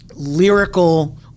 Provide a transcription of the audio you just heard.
lyrical